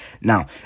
now